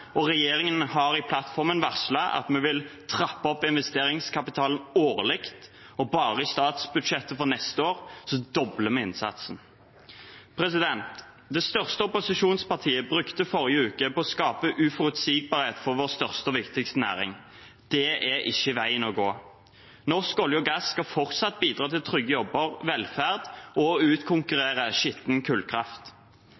klimautslippene. Regjeringen har i plattformen varslet at man vil trappe opp investeringskapitalen årlig, og bare i statsbudsjettet for neste år dobler man innsatsen. Det største opposisjonspartiet brukte forrige uke til å skape uforutsigbarhet for vår største og viktigste næring. Det er ikke veien å gå. Norsk olje og gass skal fortsatt bidra til trygge jobber og velferd og